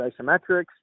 isometrics